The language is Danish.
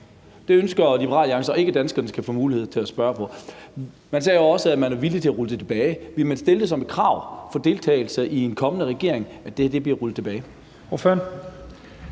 Det ønsker Liberal Alliance ikke at danskerne skal have mulighed for at blive spurgt om. Man sagde også, at man er villig til at rulle det tilbage. Vil man stille det som et krav for deltagelse i en kommende regering, at det her bliver rullet tilbage?